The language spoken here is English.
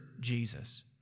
Jesus